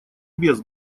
без